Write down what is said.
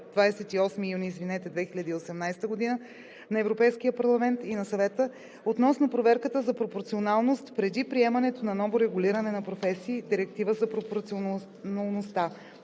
28 юни 2018 г. на Европейския парламент и на Съвета относно проверката за пропорционалност преди приемането на ново регулиране на професии (Директива за пропорционалността).